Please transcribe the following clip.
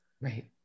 Right